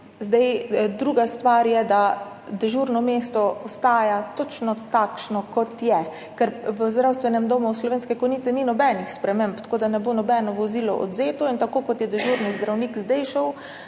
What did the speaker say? Druga stvar je, da dežurno mesto ostaja točno takšno, kot je. V Zdravstvenem domu Slovenske Konjice ni nobenih sprememb, tako da ne bo odvzeto nobeno vozilo in tako kot je dežurni zdravnik zdaj šel